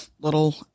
little